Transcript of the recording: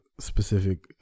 specific